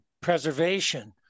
preservation